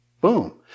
Boom